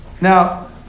Now